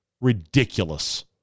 ridiculous